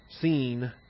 seen